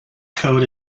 code